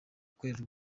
gukorera